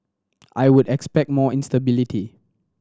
I would expect more instability